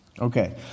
Okay